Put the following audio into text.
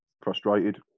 Frustrated